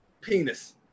penis